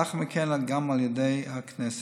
ולאחר מכן גם על ידי הכנסת.